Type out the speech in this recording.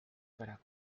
para